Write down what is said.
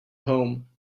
home